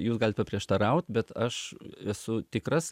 jūs galit paprieštaraut bet aš esu tikras